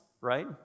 right